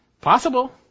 Possible